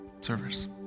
Servers